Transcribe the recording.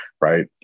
right